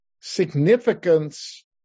significance